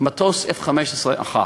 מטוס F-15 אחד.